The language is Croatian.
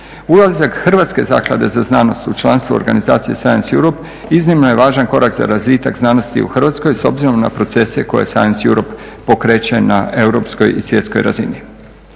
Ulazak Hrvatske zaklade za znanost u članstvo organizacije Science Europe iznimno je važan korak za razvitak znanosti u Hrvatskoj s obzirom na procese koje Science Europe pokreće na europskoj i svjetskoj razini.